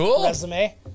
resume